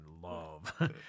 love